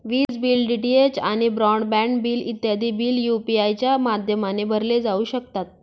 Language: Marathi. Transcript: विज बिल, डी.टी.एच आणि ब्रॉड बँड बिल इत्यादी बिल यू.पी.आय च्या माध्यमाने भरले जाऊ शकतात